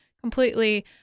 completely